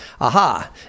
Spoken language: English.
Aha